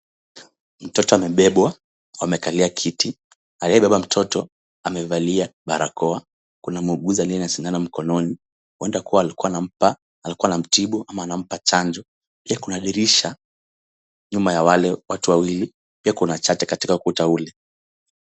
Mtoto amebebwa, wamekalia kiti. Aliyebeba mtoto amevalia barakoa. Kuna muuguzi aliye na sindano mkononi, huenda kuwa alikuwa anamtibu au anampa chanjo. Kuna dirisha nyuma ya wale watu wawili. Pia kuna chati katika ukuta ule.